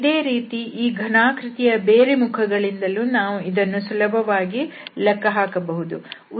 ಇದೇ ರೀತಿ ಈ ಘನಾಕೃತಿಯ ಬೇರೆ ಮುಖಗಳಿಂದಲೂ ನಾವು ಇದನ್ನು ಸುಲಭವಾಗಿ ಲೆಕ್ಕಹಾಕಬಹುದು